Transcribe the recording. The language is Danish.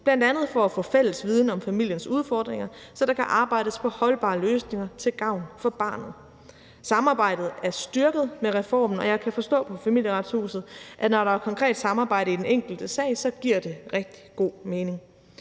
bl.a. for at få fælles viden om familiers udfordringer, så der kan arbejdes på holdbare løsninger til gavn for barnet. Samarbejdet er styrket med reformen, og jeg kan forstå på Familieretshuset, at når der er konkret samarbejde i den enkelte sag, så giver det rigtig god mening.